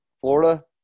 Florida